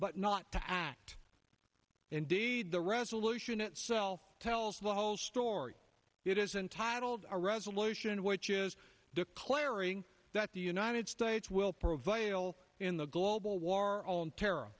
but not to act indeed the resolution itself tells the whole story it is entitled a resolution which is declaring that the united states will provide in the global war on terror